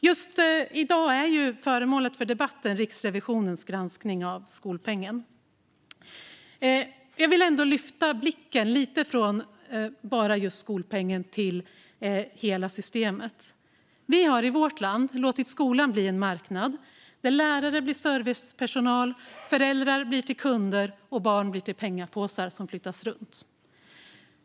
Just i dag är föremålet för debatten Riksrevisionens granskning av skolpengen. Jag vill dock lyfta blicken lite från skolpengen till hela systemet. Vi har i vårt land låtit skolan bli en marknad där lärare blir till servicepersonal, föräldrar blir till kunder och barn blir till pengapåsar som flyttas runt.